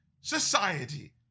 society